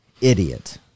Idiot